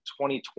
2020